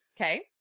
Okay